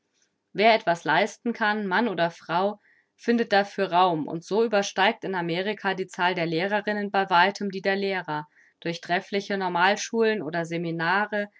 wer etwas leisten kann mann oder frau findet dafür raum und so übersteigt in amerika die zahl der lehrerinnen bei weitem die der lehrer durch treffliche normal schulen oder seminare